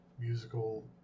musical